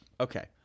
Okay